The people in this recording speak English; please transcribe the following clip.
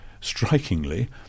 strikingly